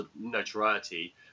notoriety